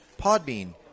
Podbean